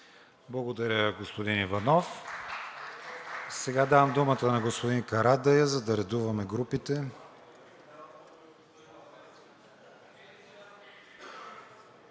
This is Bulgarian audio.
Благодаря, господин Иванов. Сега давам думата на господин Карадайъ, за да редуваме групите.